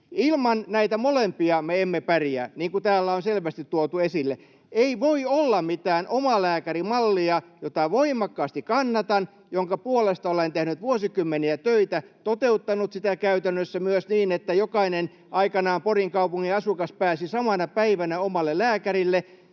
Ilman näitä molempia me emme pärjää, niin kuin täällä on selvästi tuotu esille, ja ei voi olla mitään omalääkärimallia. Voimakkaasti sitä kannatan, ja sen puolesta olen tehnyt vuosikymmeniä töitä ja toteuttanut sitä käytännössä myös niin, että aikoinaan jokainen Porin kaupungin asukas pääsi samana päivänä omalle lääkärille.